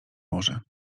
może